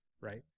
right